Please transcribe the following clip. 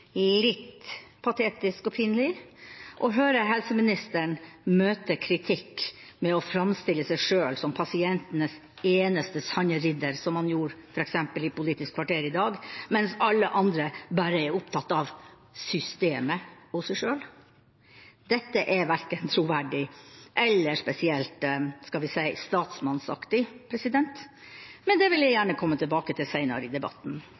litt patetisk og pinlig å høre helseministeren møte kritikk ved å framstille seg selv som pasientenes eneste sanne ridder, som han gjorde f.eks. i Politisk kvarter i dag, mens alle andre bare er opptatt av systemet og seg selv. Dette er verken troverdig eller spesielt – skal vi si – statsmannsaktig, men det vil jeg gjerne komme tilbake til senere i debatten.